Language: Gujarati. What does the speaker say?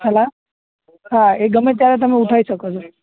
ખ્યાલ આવ્યો હા એ ગમે ત્યારે તમે ઉઠાવી શકો છો